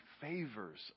favors